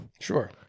Sure